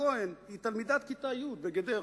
דנה כהן היא תלמידת כיתה י' בגדרה,